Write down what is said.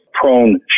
prone